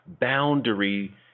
boundary